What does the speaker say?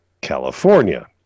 California